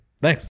Thanks